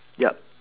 ya